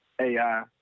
AI